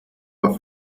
war